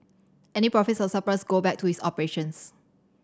any profits or surpluses go back to its operations